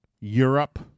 Europe